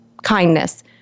kindness